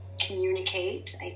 communicate